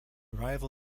rival